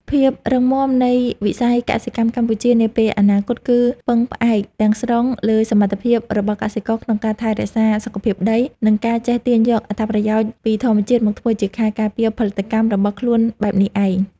ភាពរឹងមាំនៃវិស័យកសិកម្មកម្ពុជានាពេលអនាគត គឺពឹងផ្អែកទាំងស្រុងលើសមត្ថភាពរបស់កសិករក្នុងការថែរក្សាសុខភាពដី និងការចេះទាញយកអត្ថប្រយោជន៍ពីធម្មជាតិមកធ្វើជាខែលការពារផលិតកម្មរបស់ខ្លួនបែបនេះឯង។